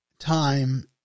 time